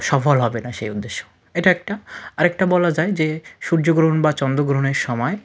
সফল হবে না সেই উদ্দেশ্য এটা একটা আর একটা বলা যায় যে সূর্যগ্রহণ বা চন্দ্রগ্রহণের সময়